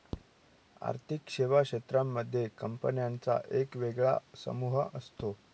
आर्थिक सेवा क्षेत्रांमध्ये कंपन्यांचा एक वेगळा समूह असतो